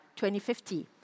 2050